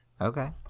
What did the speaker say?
Okay